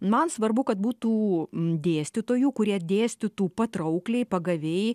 man svarbu kad būtų dėstytojų kurie dėstytų patraukliai pagaviai